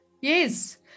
yes